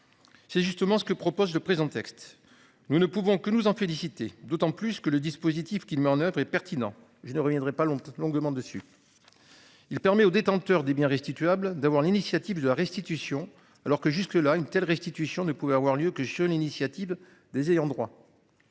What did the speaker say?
C'est justement ce que propose le présent texte nous ne pouvons que nous en féliciter d'autant plus que le dispositif qu'il met en oeuvre et pertinent. Je ne reviendrai pas longtemps longuement dessus. Il permet aux détenteurs des biens restitués d'avoir l'initiative de la restitution alors que jusque-là une telle restitution ne pouvait avoir lieu que sur l'initiative des ayants droit.